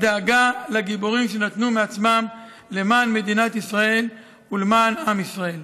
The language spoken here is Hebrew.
הדאגה לגיבורים שנתנו מעצמם למען מדינת ישראל ולמען עם ישראל.